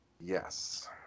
Yes